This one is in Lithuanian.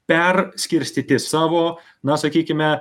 perskirstyti savo na sakykime